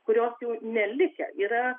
kurios jau nelikę yra